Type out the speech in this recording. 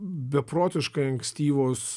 beprotiškai ankstyvos